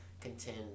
contend